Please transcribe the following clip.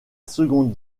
seconde